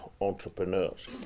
entrepreneurs